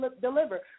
deliver